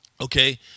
Okay